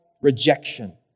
rejection